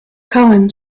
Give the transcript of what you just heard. cowan